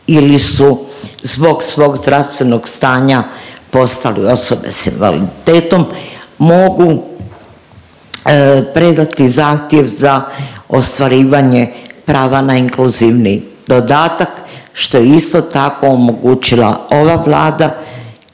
ili su zbog svog zdravstvenog stanja postale osobe s invaliditetom, mogu predati zahtjev za ostvarivanje prava na inkluzivni dodatak, što je isto tako, omogućila ova Vlada